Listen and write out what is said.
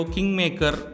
Kingmaker